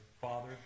Father